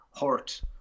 hurt